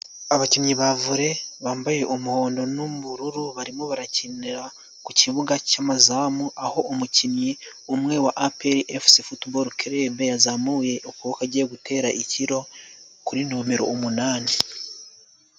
Abakinnyi ba vole, bambaye umuhondo n'ubururu, barimo barakinira ku kibuga cy'amazamu, aho umukinnyi umwe, wa aperi efuse futubolo kerebe, yazamuye ukuboko agiye gutera ikiro, kuri nomero umunani.